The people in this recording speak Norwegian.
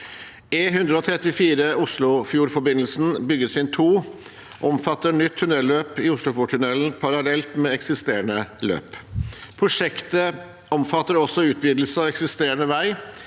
E134 Oslofjordforbindelsen byggetrinn 2 omfatter nytt tunnelløp i Oslofjordtunnelen parallelt med eksisterende løp. Prosjektet omfatter også utvidelse av eksisterende vei